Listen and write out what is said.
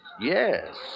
Yes